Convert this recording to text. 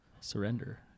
surrender